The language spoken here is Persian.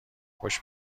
خوش